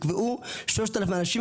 נקבעו 3,000 אנשים,